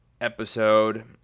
episode